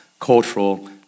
cultural